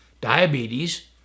diabetes